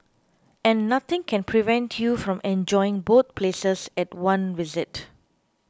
and nothing can prevent you from enjoying both places at one visit